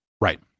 right